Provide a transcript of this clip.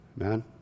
Amen